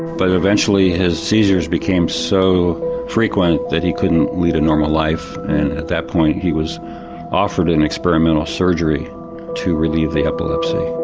but eventually his seizures became so frequent that he couldn't lead a normal life and at that point he was offered an experimental surgery to relieve the epilepsy.